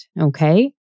okay